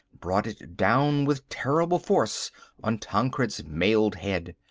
brought it down with terrible force on tancred's mailed head.